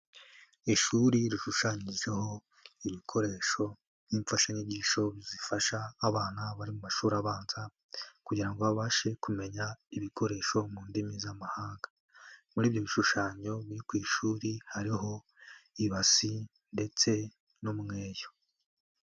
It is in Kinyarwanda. Ishuri rishushanyijeho ibikoresho nk'imfashanyigisho zifasha abana bari mu mashuri abanza kugira ngo babashe kumenya ibikoresho mu ndimi z'amahanga, muri ibyo bishushanyo biri ku ishuri hariho ibasi ndetse n'umweyo.